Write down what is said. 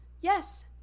Yes